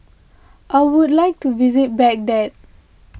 I would like to visit Baghdad